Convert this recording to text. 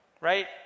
right